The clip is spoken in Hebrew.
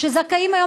שזכאים היום,